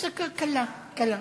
הפסקה קלה.